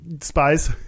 spies